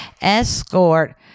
escort